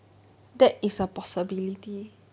that is a possibility